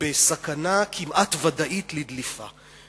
בסכנה כמעט ודאית של דליפה.